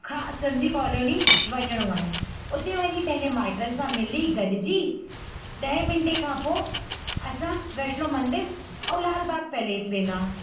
खां सिंधी कॉलोनी वञणो आहे उते वञी पंहिंजे माइटनि सां मिली गॾिजी ॾहे मिंटे खां पोइ असां वैष्णो मंदरु और लालबाग पैलेस वेंदासीं